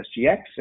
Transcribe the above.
SGX